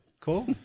Cool